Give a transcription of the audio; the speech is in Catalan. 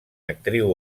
actriu